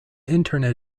internet